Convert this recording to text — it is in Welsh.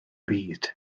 byd